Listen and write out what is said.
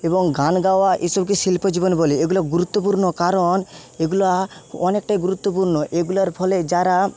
এবং গান গাওয়া এসবকে শিল্প জীবন বলে এগুলো গুরুত্বপূর্ণ কারণ এগুলা অনেকটাই গুরুত্বপূর্ণ এগুলার ফলে যারা